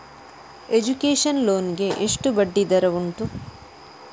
Education loan ಗೆ ಎಷ್ಟು ಬಡ್ಡಿ ದರ ಉಂಟು?